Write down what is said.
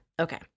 okay